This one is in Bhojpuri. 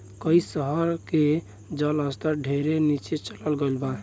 कई शहर के जल स्तर ढेरे नीचे चल गईल बा